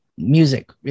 music